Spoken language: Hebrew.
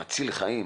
אתה מציל חיים.